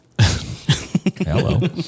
Hello